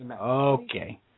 Okay